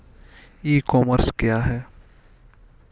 ई commerce क्या है?